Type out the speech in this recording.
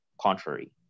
contrary